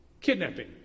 kidnapping